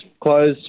closed